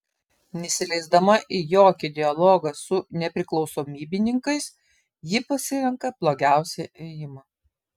nesileisdama į jokį dialogą su nepriklausomybininkais ji pasirenka blogiausią ėjimą